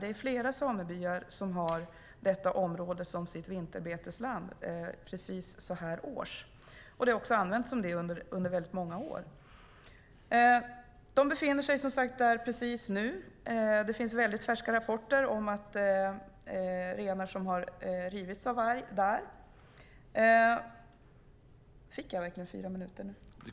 Det är flera samebyar som har detta område som sitt vinterbetesland så här års. Det har också använts som det under många år. Vargparet befinner sig där just nu, som sagt var. Det finns färska rapporter om att renar har rivits av varg där.